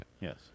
Yes